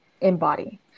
embody